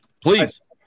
please